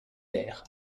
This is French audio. vert